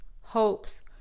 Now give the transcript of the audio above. hopes